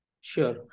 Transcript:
Sure